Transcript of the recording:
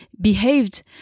behaved